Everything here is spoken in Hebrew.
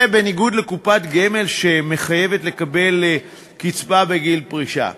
זה בניגוד לקופת גמל שמחייבת לקבל קצבה בגיל פרישה.